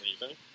reason